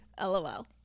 LOL